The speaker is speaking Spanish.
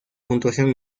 puntuación